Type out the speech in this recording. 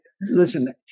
Listen